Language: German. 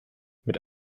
mit